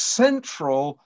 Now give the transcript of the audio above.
central